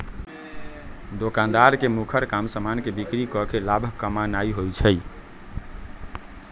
दोकानदार के मुखर काम समान के बिक्री कऽ के लाभ कमानाइ होइ छइ